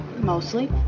Mostly